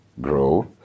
grow